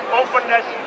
openness